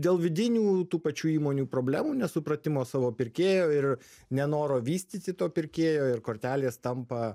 dėl vidinių tų pačių įmonių problemų nesupratimo savo pirkėjo ir nenoro vystyti to pirkėjo ir kortelės tampa